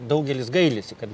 daugelis gailisi kad